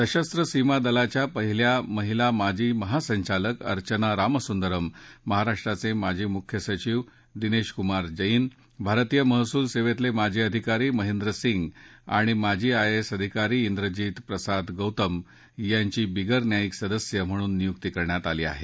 सशस्व सीमा दलाच्या पहिल्या महिला माजी महासंचालक अर्घना रामसुंदरम महाराष्ट्राचे माजी मुख्य सचिव दिनेश कुमार जैन भारतीय महसूल सेवेतले माजी अधिकारी महेंद्र सिंह आणि माजी आयएएस अधिकारी इंद्रजीत प्रसाद गौतम यांची बिगर न्यायिक सदस्य म्हणून नियुक्ती करण्यात आली आहे